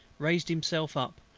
raised himself up,